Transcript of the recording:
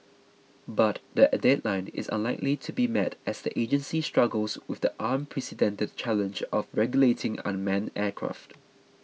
but the a deadline is unlikely to be met as the agency struggles with the unprecedented challenge of regulating unmanned aircraft